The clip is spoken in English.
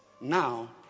Now